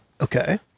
Okay